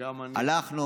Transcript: גם אני, הלכנו